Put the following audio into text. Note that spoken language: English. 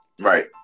Right